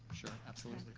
sure, absolutely.